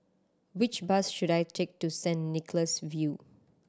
which bus should I take to Saint Nicholas View